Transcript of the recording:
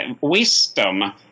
wisdom